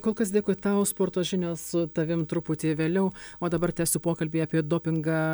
kol kas dėkui tau sporto žinios su tavim truputį vėliau o dabar tęsiu pokalbį apie dopingą